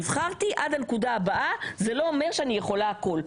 נבחרתי עד הנקודה הבאה וזה לא אומר שאני יכולה הכול.